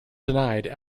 denied